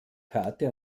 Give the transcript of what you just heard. karte